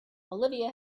olivia